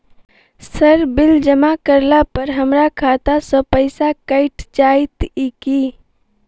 Sir bill जमा करला पर हमरा खाता सऽ पैसा कैट जाइत ई की?